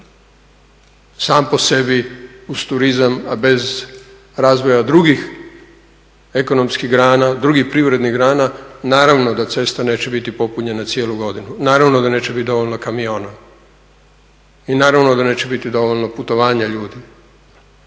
sam po sebi uz turizam, a bez razvoja drugih ekonomskih grana, drugih privrednih grana, naravno da cesta neće biti popunjena cijelu godinu, naravno da neće biti dovoljno kamiona i naravno da neće biti dovoljno putovanja ljudi,